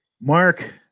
mark